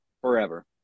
forever